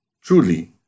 truly